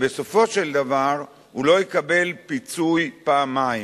שבסופו של דבר הוא לא יקבל פיצוי פעמיים.